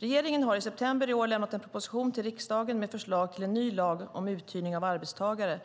Regeringen har i september i år lämnat en proposition till riksdagen med förslag till en ny lag om uthyrning av arbetstagare